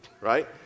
Right